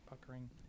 puckering